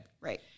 Right